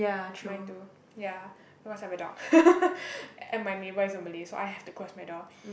mine too ya because I have a dog and my neighbour is a Malay so I have to close my door